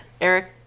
Eric